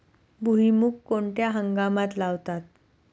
भुईमूग कोणत्या हंगामात लावतात?